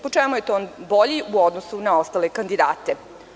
Po čemu je to on bolji u odnosu na ostale kandidate?